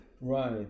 right